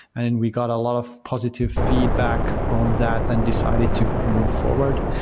and and we got a lot of positive feedback on that and decided to move forward.